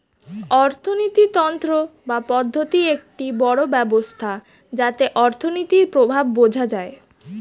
অর্থিনীতি তন্ত্র বা পদ্ধতি একটি বড় ব্যবস্থা যাতে অর্থনীতির প্রভাব বোঝা যায়